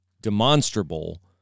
demonstrable